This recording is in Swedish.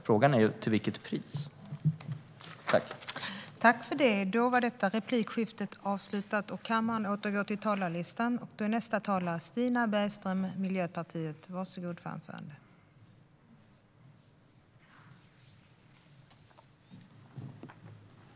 Frågan är till vilket pris detta sker.